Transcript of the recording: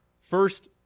First